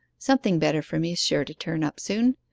something better for me is sure to turn up soon.